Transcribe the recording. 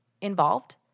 involved